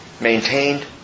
maintained